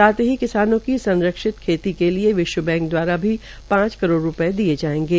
साथ ही किसानों की संरक्षित खेती के लिए विश्व बैंक दवारा भी पांच करोड़ रूपये दिये जायेंगे